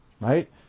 right